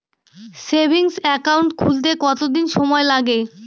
Savings account খুলতে কতদিন সময় লাগে?